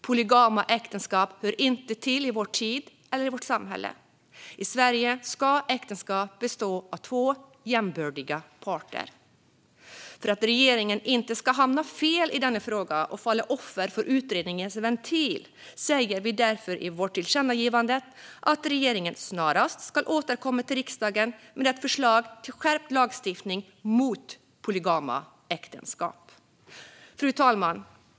Polygama äktenskap hör inte till i vår tid eller i vårt samhälle. I Sverige ska äktenskap bestå av två jämbördiga parter. För att regeringen inte ska hamna fel i denna fråga och falla offer för utredningens ventil säger vi i vårt tillkännagivande att regeringen snarast ska återkomma till riksdagen med ett förslag till skärpt lagstiftning mot polygama äktenskap. Fru talman!